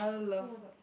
oh-my-god